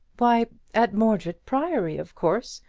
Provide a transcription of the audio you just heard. why, at mordred priory, of course.